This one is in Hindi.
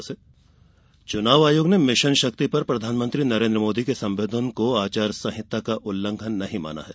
मोदी आचार संहिता चनाव आयोग ने मिशन शक्ति पर प्रधानमंत्री नरेंद्र मोदी के संबोधन को आचार संहिता का उल्लंघन नहीं माना है